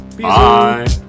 bye